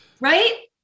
Right